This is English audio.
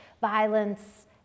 violence